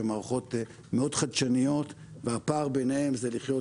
שהן מערכות מאוד חדשניות והפער ביניהן זה לחיות